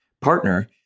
partner